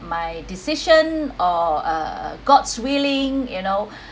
my decision or uh god‘s willing you know